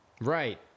Right